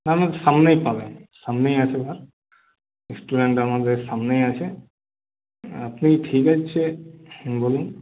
না না সামনেই পাবেন সামনেই আছে বার রেস্টুরেন্ট আমাদের সামনেই আছে আপনি ঠিক আছে বলুন